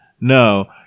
No